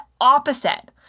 opposite